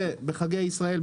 בחגי ישראל,